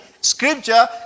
scripture